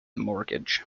mortgage